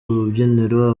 rubyiniro